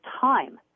time